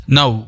Now